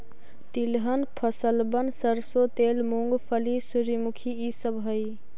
तिलहन फसलबन सरसों तेल, मूंगफली, सूर्यमुखी ई सब हई